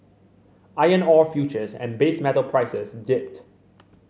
iron ore futures and base metal prices dipped